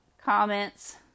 comments